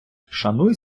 шануй